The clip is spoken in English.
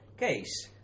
Case